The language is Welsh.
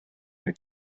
wnei